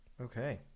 Okay